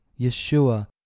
Yeshua